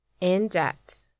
In-depth